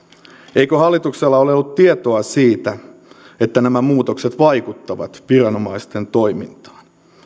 eikö hallituksella ole ollut tietoa siitä että nämä muutokset vaikuttavat viranomaisten toimintaan